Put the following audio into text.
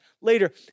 later